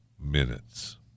minutes